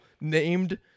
named